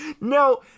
no